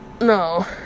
No